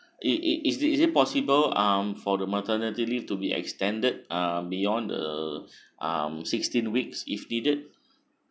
it it is it is it possible um for the maternity leave to be extended uh beyond the um sixteen weeks if needed